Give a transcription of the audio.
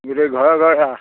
গোটেই ঘৰে ঘৰে ৰাস